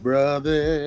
Brother